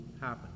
happen